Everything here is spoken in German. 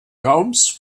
raums